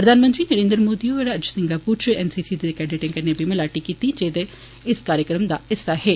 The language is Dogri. प्रधानमंत्री नरेन्द्र मोदी होर अज्ज सिंगापुर इच एन सी सी दे केडेट कन्नै बी मलाटी कीत्ती जेडे इस कार्यक्रम दा हिस्सा हे